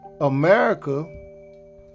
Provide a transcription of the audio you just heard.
America